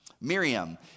Miriam